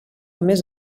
més